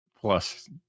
plus